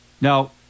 Now